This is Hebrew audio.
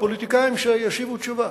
הפוליטיקאים, שישיבו תשובה.